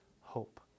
hope